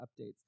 updates